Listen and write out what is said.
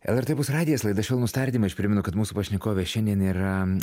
lrt opus radijas laida švelnūs tardymai aš primenu kad mūsų pašnekovė šiandien yra